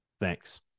Thanks